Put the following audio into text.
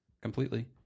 completely